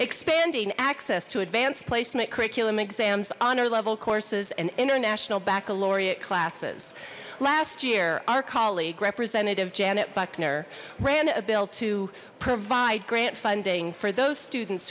expanding access to advanced placement curriculum exams honor level courses and international baccalaureate classes last year our colleague representative janet buckner ran a bill to provide grant funding for those students